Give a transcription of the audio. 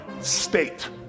state